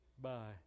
Bye